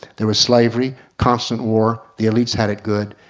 there was slavery, constant war, the elites had it good.